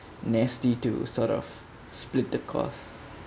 nasty to sort of split the cost